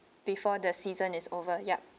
before the season is over yup